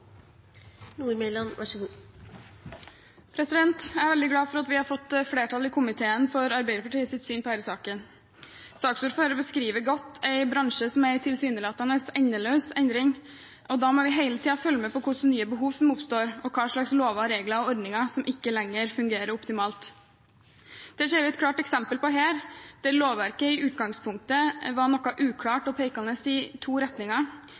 Jeg er veldig glad for at vi har fått flertall i komiteen for Arbeiderpartiets syn på denne saken. Saksordføreren beskrev godt en bransje som er i tilsynelatende endeløs endring, og at vi hele tiden må følge med på hva slags nye behov som oppstår, og hva slags lover, regler og ordninger som ikke lenger fungerer optimalt. Det ser vi et klart eksempel på her, der lovverket i utgangspunktet var noe uklart og pekte i to retninger,